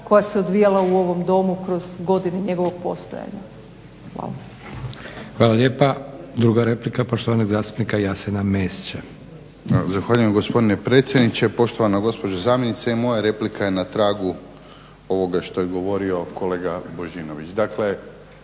koja se odvijala u ovom Domu kroz godine njegovog postojanja. Hvala. **Leko, Josip (SDP)** Hvala lijepa. Druga replika poštovanog zastupnika Jasena Mesića. **Mesić, Jasen (HDZ)** Zahvaljujem gospodine predsjedniče, poštovana gospođo zamjenice. I moja replika je na tragu ovoga što je govorio kolega Božinović.